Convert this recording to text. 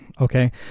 Okay